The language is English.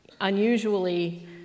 unusually